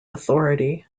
authority